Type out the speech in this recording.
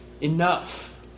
enough